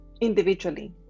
individually